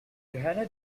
johanna